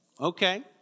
Okay